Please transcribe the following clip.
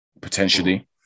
potentially